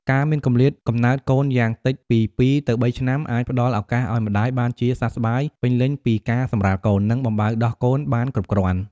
ការមានគម្លាតកំណើតកូនយ៉ាងតិចពី ២ ទៅ ៣ ឆ្នាំ អាចផ្តល់ឱកាសឲ្យម្តាយបានជាសះស្បើយពេញលេញពីការសម្រាលកូន និងបំបៅដោះកូនបានគ្រប់គ្រាន់។